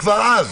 כבר אז.